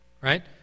Right